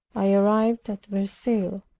i arrived at verceil.